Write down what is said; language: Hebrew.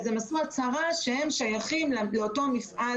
הם נתנו הצהרה שהם שייכים לאותו מפעל